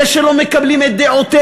אלה שלא מקבלים את דעותיה,